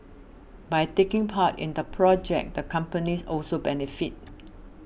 by taking part in the project the companies also benefit